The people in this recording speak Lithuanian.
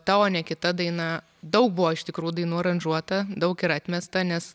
ta o ne kita daina daug buvo iš tikrų dainų aranžuota daug ir atmesta nes